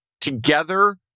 together